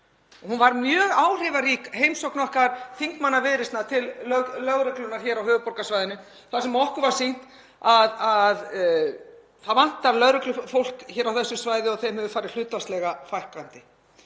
Hún var mjög áhrifarík heimsókn okkar þingmanna Viðreisnar til lögreglunnar á höfuðborgarsvæðinu þar sem okkur var sýnt að það vantar lögreglufólk hér á þessu svæði og því hefur farið hlutfallslega fækkandi.